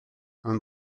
ond